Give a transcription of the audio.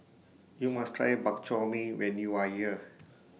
YOU must Try Bak Chor Mee when YOU Are here